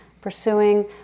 pursuing